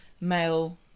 male